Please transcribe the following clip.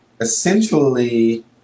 essentially